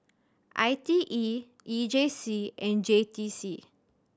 I T E E J C and J T C